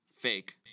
Fake